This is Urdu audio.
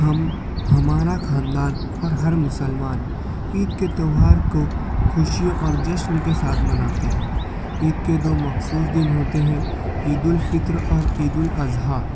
ہم ہمارا خاندان اور ہر مسلمان عید کے تہوار کو خوشی اور جشن کے ساتھ مناتے ہیں عید کے دو مخصوص دن ہوتے ہیں عید الفطر اور عید الاضحی